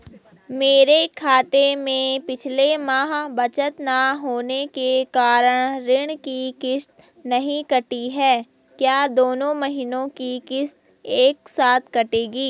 मेरे खाते में पिछले माह बचत न होने के कारण ऋण की किश्त नहीं कटी है क्या दोनों महीने की किश्त एक साथ कटेगी?